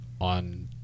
on